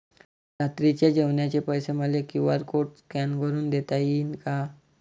रात्रीच्या जेवणाचे पैसे मले क्यू.आर कोड स्कॅन करून देता येईन का?